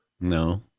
No